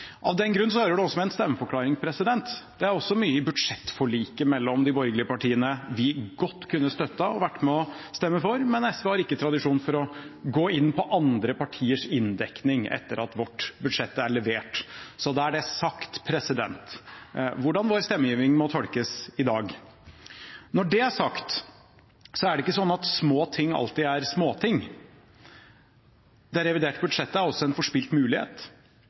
Av den grunn hører det også med en stemmeforklaring. Det er også mye i budsjettforliket mellom de borgerlige partiene vi godt kunne støttet og vært med på å stemme for, men SV har ikke tradisjon for å gå inn på andre partiers inndekning etter at vårt budsjett er levert. Så da er det sagt hvordan vår stemmegivning må tolkes i dag. Når det er sagt, er det ikke sånn at små ting alltid er småting. Det reviderte budsjettet er også en forspilt mulighet.